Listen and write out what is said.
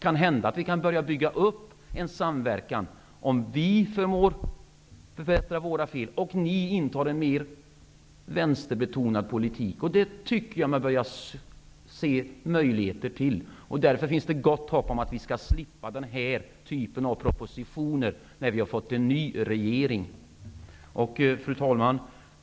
Kanhända att vi kan börja bygga upp en samverkan om vi i Vänsterpartiet förmår att rätta våra fel och ni intar en mer vänsterbetonad politik. Det tycker jag mig börja se möjligheter till. Därför finns det gott hopp om att vi skall slippa den här typen av propositioner när vi har fått en ny regering. Fru talman!